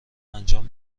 انجام